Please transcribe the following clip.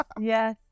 yes